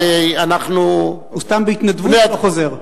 הרי אנחנו, הוא סתם, בהתנדבות, לא חוזר?